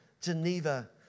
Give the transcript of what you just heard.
Geneva